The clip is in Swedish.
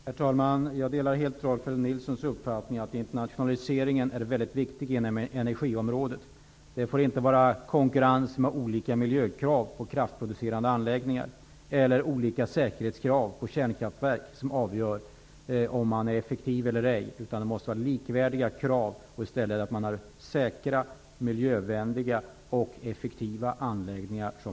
Herr talman! Jag delar helt Rolf L Nilsons uppfattning att internationaliseringen är viktig när det gäller energiområdet. Det får inte vara olika miljökrav på kraftproducerande anläggningar eller olika säkerhetskrav på kärnkraftsverk som avgör om man är effektiv eller ej. Det måste vara likvärdiga krav. Man skall jobba med säkra, miljövänliga och effektiva anläggningar.